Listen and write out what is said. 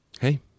Hey